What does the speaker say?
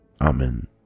amen